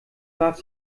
warf